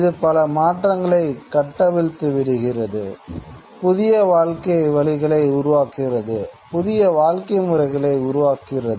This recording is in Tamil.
இது பல மாற்றங்களை கட்டவிழ்த்து விடுகிறது புதிய வாழ்க்கை வழிகளை உருவாக்குகிறது புதிய வாழ்க்கை முறைகளை உருவாக்குகிறது